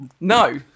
No